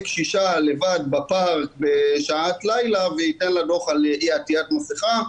קשישה לבד יושבת בפארק בשעת לילה והוא ייתן לה דוח על אי עטיית מסכה.